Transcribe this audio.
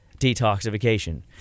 detoxification